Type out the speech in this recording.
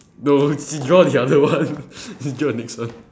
no draw the other one please draw the next one